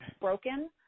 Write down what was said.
broken